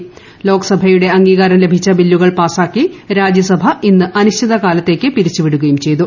ല്ലേക്സഭയുടെ അംഗീകാരം ലഭിച്ച ബില്ലുകൾ പാസാക്കി രാജ്യസഭ ഇന്ന് അന്നിശ്ചിതകാലത്തേക്ക് പിരിച്ചുവിടുകയും ചെയ്തു